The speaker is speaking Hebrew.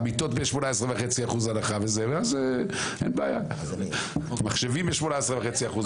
מיטות ב-18.5% הנחה ואז אין בעיה מחשבים ב-18.5%,